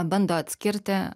bando atskirti